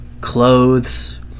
clothes